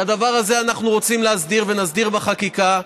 את הדבר הזה אנחנו רוצים להסדיר, ונסדיר בחקיקה.